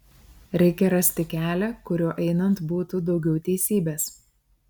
reikia rasti kelią kuriuo einant būtų daugiau teisybės